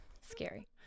Scary